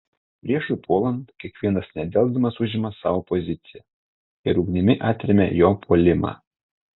priešui puolant kiekvienas nedelsdamas užima savo poziciją ir ugnimi atremia jo puolimą